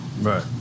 Right